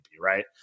right